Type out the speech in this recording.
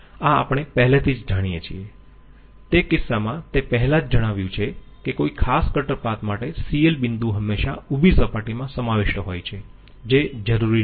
આ આપણે પહેલેથી જ જાણીયે છીએ તે કિસ્સામાં તે પહેલા જ જણાવ્યું છે કે કોઈ ખાસ કટર પાથ માટે CL બિંદુઓ હંમેશા ઉભી સપાટીમાં સમાવિષ્ટ હોય છે જે જરૂરી નથી